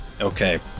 Okay